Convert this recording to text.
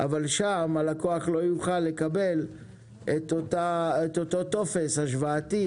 אבל שם הלקוח לא יוכל לקבל את אותו טופס השוואתי